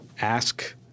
ask